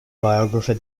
biographer